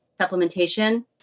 supplementation